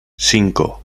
cinco